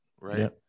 Right